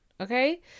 Okay